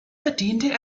bediente